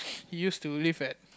he used to live at